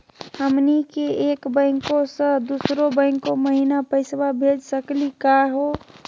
हमनी के एक बैंको स दुसरो बैंको महिना पैसवा भेज सकली का हो?